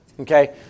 Okay